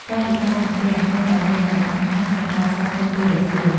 កាយវិការសំពះ នៅតែមានសារៈសំខាន់ក្នុងការស្វាគមន៍ពេលរសៀល។